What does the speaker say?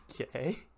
Okay